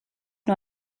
nur